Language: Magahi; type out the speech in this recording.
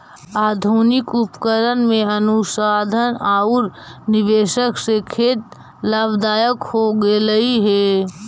आधुनिक उपकरण में अनुसंधान औउर निवेश से खेत लाभदायक हो गेलई हे